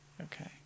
Okay